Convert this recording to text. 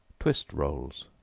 twist rolls.